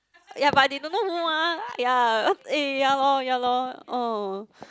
ya but they don't know who mah ya eh ya lor ya lor orh